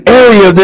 area